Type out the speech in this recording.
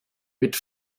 mit